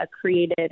created